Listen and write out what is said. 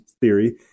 theory